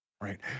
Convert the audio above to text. Right